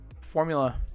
formula